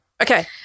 Okay